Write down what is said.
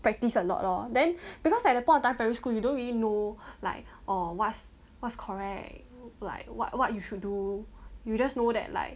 practice a lot loh then because at that point of time primary school you don't really know like orh what's what's correct like what what you should do you just know that like